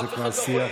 זה כבר שיח,